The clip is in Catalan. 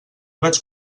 vaig